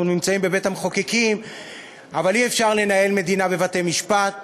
אנחנו נמצאים בבית המחוקקים אבל אי-אפשר לנהל מדינה בבתי-משפט